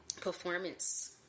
performance